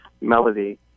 melody